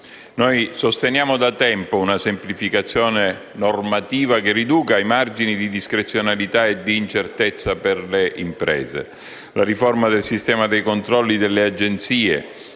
Noi sosteniamo da tempo una semplificazione normativa che riduca i margini di discrezionalità e di incertezza per le imprese. La riforma del sistema dei controlli delle Agenzie